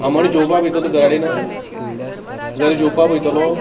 आमोण्या जेवपा वोयतो तूं घरा कडेन घरा जेवपा वयतलो